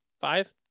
Five